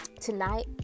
tonight